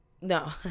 No